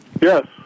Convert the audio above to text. Yes